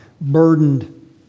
burdened